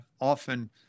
often